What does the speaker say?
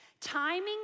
timing